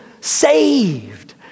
saved